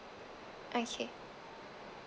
okay